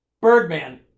birdman